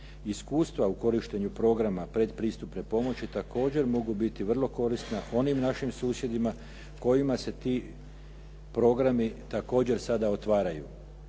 Iskustva u korištenju Programa predpristupne pomoći također mogu biti vrlo korisna onim našim susjedima kojima se ti programi također sada otvaraju.